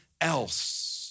else